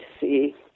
see